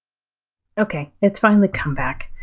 okay, it's finally come back.